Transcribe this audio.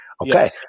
Okay